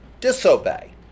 disobey